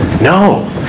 No